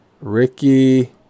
Ricky